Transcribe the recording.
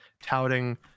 touting